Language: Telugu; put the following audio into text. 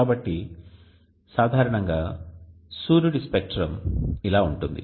కాబట్టి సాధారణంగా సూర్యుడి స్పెక్ట్రం ఇలా ఉంటుంది